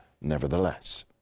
nevertheless